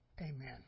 Amen